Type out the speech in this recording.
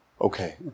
okay